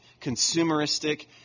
consumeristic